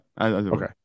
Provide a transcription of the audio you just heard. Okay